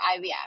IVF